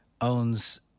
owns